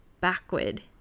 backward